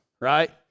right